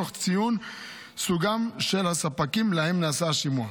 תוך ציון סוגם של הספקים שלהם נעשה שימוע.